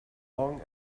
long